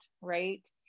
right